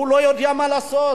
הוא לא יודע מה לעשות,